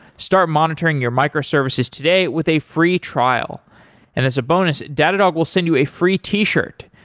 start monitoring your microservices today with a free trial, and as a bonus, datadog will send you a free t-shirt.